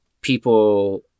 people